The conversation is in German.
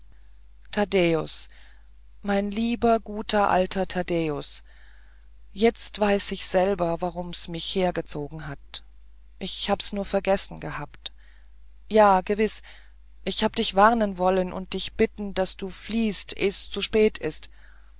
taddäus mein lieber guter alter taddäus jetzt weiß ich's selber warum's mich hergezogen hat ich hab's nur vergessen gehabt ja gewiß ich hab dich warnen wollen und dich bitten daß du fliehst eh's zu spät ist